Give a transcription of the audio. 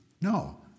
No